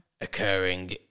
occurring